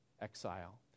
exile